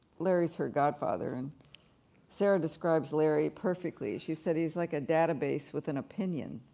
larry's her godfather, and sarah describes larry perfectly. she said he's like a database with an opinion.